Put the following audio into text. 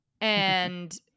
and-